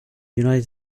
united